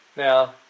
Now